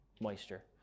moisture